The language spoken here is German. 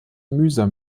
mühsam